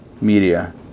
Media